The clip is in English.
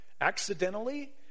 accidentally